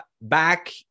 back